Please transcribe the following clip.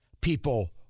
people